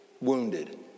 wounded